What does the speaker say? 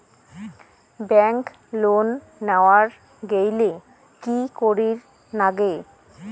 Bank loan নেওয়ার গেইলে কি করীর নাগে?